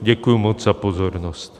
Děkuji moc za pozornost.